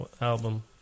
album